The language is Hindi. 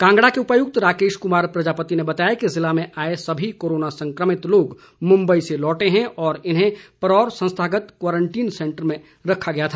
कांगड़ा के उपायुक्त राकेश कुमार प्रजापति ने बताया कि जिले में आए सभी कोरोना संक्रमित लोग मुंबई से लौटे हैं और इन्हें परौर संस्थागत क्वारंटीन सेंटर में रखा गया था